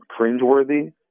cringeworthy